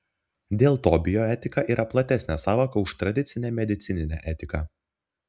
dėl to bioetika yra platesnė sąvoka už tradicinę medicininę etiką